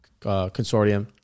consortium